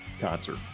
concert